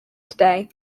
today